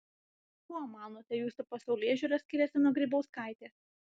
kuo manote jūsų pasaulėžiūra skiriasi nuo grybauskaitės